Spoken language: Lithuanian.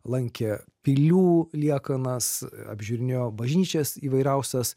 lankė pilių liekanas apžiūrinėjo bažnyčias įvairiausias